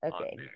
Okay